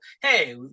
Hey